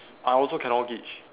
I also cannot gauge